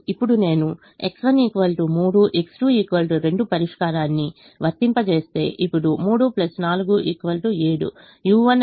ఇప్పుడు నేను X1 3 X2 2 పరిష్కారాన్ని వర్తింపజేస్తే ఇప్పుడు 3 4 7 u1 అనేది 0 కి సమానం